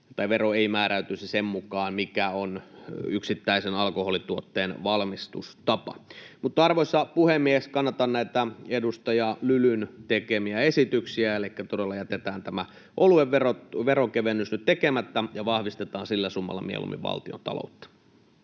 tai vero ei määräytyisi sen mukaan, mikä on yksittäisen alkoholituotteen valmistustapa. Arvoisa puhemies! Kannatan edustaja Lylyn tekemiä esityksiä, elikkä todella jätetään tämä oluen veronkevennys nyt tekemättä ja vahvistetaan sillä summalla mieluummin valtiontaloutta.